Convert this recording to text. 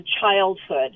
childhood